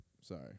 sorry